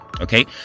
okay